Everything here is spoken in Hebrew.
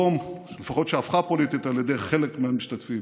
לפחות שהפכה פוליטית על ידי חלק מהמשתתפים,